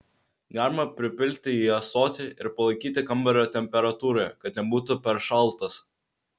galima pripilti į ąsotį ir palaikyti kambario temperatūroje kad nebūtų per šaltas